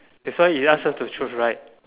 that's why he ask us to choose right